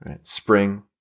Spring